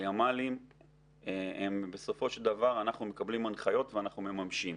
הימ"לים בסופו של דבר אנחנו מקבלים הנחיות ואנחנו מממשים.